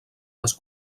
les